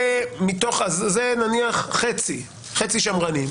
זה נניח חצי שמרנים.